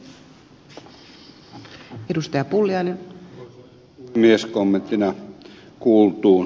kommenttina kuultuun